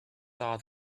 saw